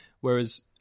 whereas